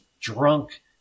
drunk